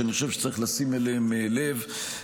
ואני חושב שצריך לשים אליהם לב.